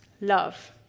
love